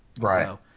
Right